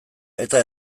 eta